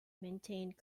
maintained